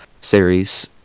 series